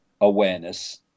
awareness